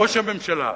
ראש הממשלה,